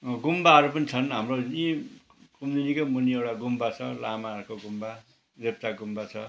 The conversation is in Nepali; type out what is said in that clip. गुम्बाहरू पनि छन् हाम्रो यहीँ कुमुदिनीकै मुनि एउटा गुम्बा छ लामाहरूको गुम्बा लेप्चा गुम्बा छ